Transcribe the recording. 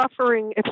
suffering